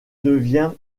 devient